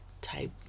type